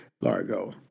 Largo